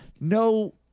no